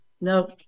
no